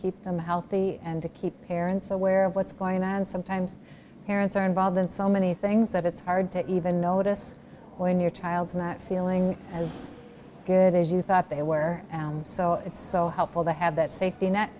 keep them healthy and to keep parents aware of what's going on and sometimes parents are involved in so many things that it's hard to even notice when your child is not feeling as good as you thought they were so it's so helpful to have that safety net